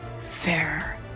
fair